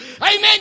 Amen